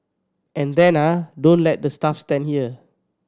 and then ah don't let the staff stand here